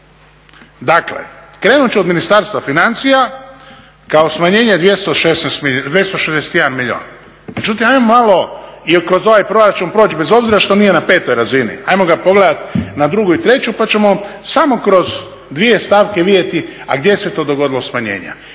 Dakle, krenut ću od Ministarstva financija kao smanjenje od 261 milijun. Međutim ajmo malo i kroz ovaj proračun proći bez obzira što nije na petoj razini, ajmo ga pogledat na drugu i treću pa ćemo samo kroz dvije stavke vidjeti gdje se to dogodilo smanjenje.